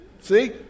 See